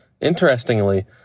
Interestingly